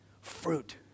fruit